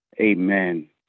Amen